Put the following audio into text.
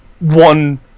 one